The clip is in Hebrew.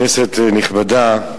כנסת נכבדה,